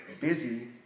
busy